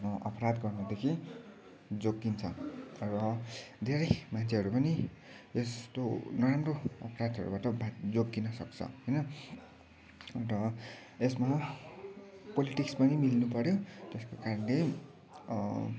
अपराध गर्नदेखि जोगिन्छ र धेरै मान्छेहरू पनि यस्तो नराम्रो अपराधहरूबाट बाँच जोगिन सक्छ होइन अन्त यसमा पोलिटिक्स पनि मिल्नु पर्यो त्यसको कारणले